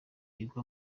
igwa